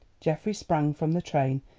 geoffrey sprang from the train,